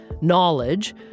knowledge